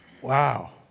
Wow